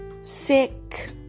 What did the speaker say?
Sick